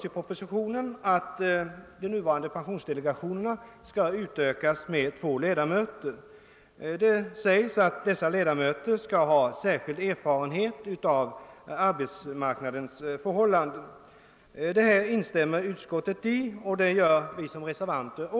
I propositionen föreslås att de nuvarande pensionsdelegationerna skall utökas med två ledamöter som skall ha särskild erfarenhet av arbetsmarknadens förhållanden. Utskottet tillstyrker förslaget, och det gör även vi reservanter.